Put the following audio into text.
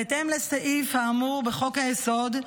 בהתאם לסעיף האמור בחוק-היסוד,